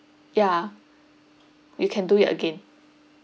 yeah you can do it again